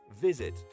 Visit